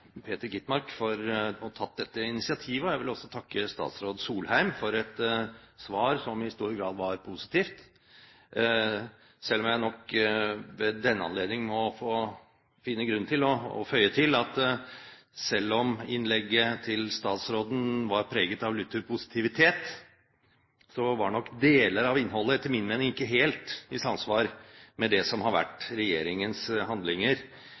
statsråd Solheim for et svar som i stor grad var positivt. Selv om jeg nok ved denne anledning finner grunn til å føye til at selv om innlegget til statsråden var preget av lutter positivitet, var nok deler av innholdet etter min mening ikke helt i samsvar med det som har vært regjeringens handlinger